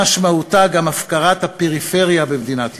משמעותה גם הפקרת הפריפריה במדינת ישראל,